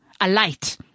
alight